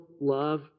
love